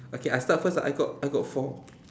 okay I start first ah I got I got four